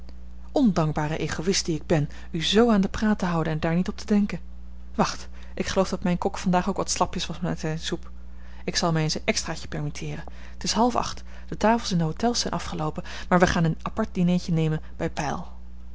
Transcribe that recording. ondankbare egoïst die ik ben u z aan den praat te houden en daar niet op te denken wacht ik geloof dat mijn kok vandaag ook wat slapjes was met zijn soep ik zal mij eens een extraatje permitteeren t is half acht de tafels in de hotels zijn afgeloopen maar wij gaan een apart dineetje nemen bij pijl